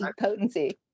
potency